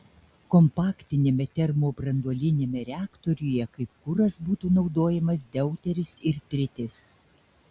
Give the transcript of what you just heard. kompaktiniame termobranduoliniame reaktoriuje kaip kuras būtų naudojamas deuteris ir tritis